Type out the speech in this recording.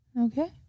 Okay